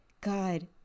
God